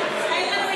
ראשונה.